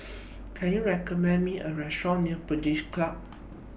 Can YOU recommend Me A Restaurant near British Club